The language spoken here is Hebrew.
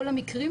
כל המקרים,